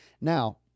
now